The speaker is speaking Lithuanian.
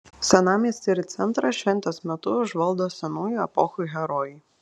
senamiestį ir centrą šventės metu užvaldo senųjų epochų herojai